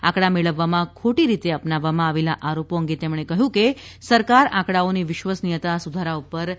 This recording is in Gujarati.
આંકડા મેળવવામાં ખોટી રીતે અપનાવવામાં આવેલા આરોપો અંગે તેમણે કહ્યું કે સરકાર આંકડાઓની વિશ્વસનિયતા સુધારા પર ધ્યાન આપી રહી છે